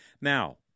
Now